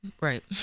Right